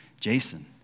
Jason